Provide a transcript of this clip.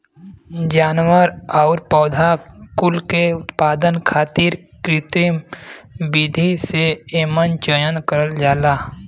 जानवर आउर पौधा कुल के उत्पादन खातिर कृत्रिम विधि से एमन चयन करल जाला